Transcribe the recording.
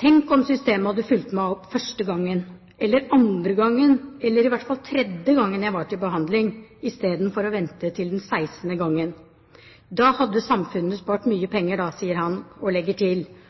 Tenk om systemet hadde fulgt meg opp første gangen, eller andre gangen, eller i hvert fall tredje gangen jeg var til behandling, istedenfor å vente til den 16. gangen. Da hadde samfunnet spart mye penger, da, sier han, og legger til: Og jeg hadde fått levd et mer normalt liv til